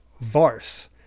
Vars